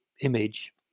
image